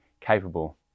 capable